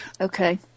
Okay